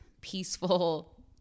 peaceful